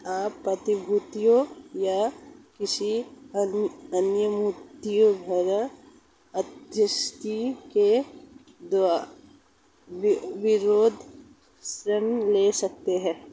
आप प्रतिभूतियों या किसी अन्य मूल्यवान आस्तियों के विरुद्ध ऋण ले सकते हैं